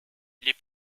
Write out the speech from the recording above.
les